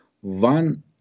one